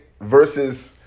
versus